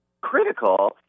critical